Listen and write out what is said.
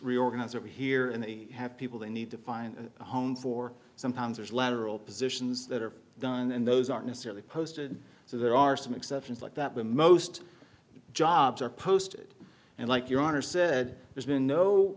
reorganise over here and they have people they need to find a home for some panzers lateral positions that are done and those aren't necessarily posted so there are some exceptions like that when most jobs are posted and like your honor said there's been no